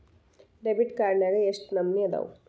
Debit card ನ್ಯಾಗ್ ಯೆಷ್ಟ್ ನಮನಿ ಅವ?